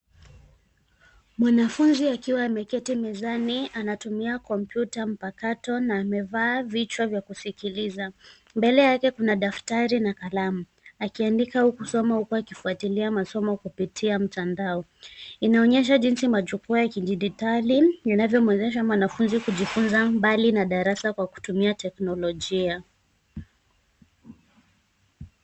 Mwanafunzi akiwa ameketi mezani, anatumia kompyuta mpakato na amevaa vichwa vya kusikiliza. Mbele yake kuna daftari na kalamu. Akiandika huku akisoma huku akifuatilia masomo kupitia mtandao. Inaonyesha jinsi majukwaa ya kidigitali yanavyomwezesha mwanafunzi kujifunza mbali na darasa kwa kutumia teknolojia.